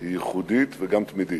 היא ייחודית וגם תמידית.